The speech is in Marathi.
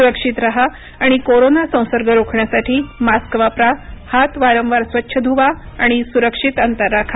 सुरक्षित राहा आणि कोरोना संसर्ग रोखण्यासाठी मास्क वापरा हात वारंवार स्वच्छ धुवा आणि सुरक्षित अंतर राखा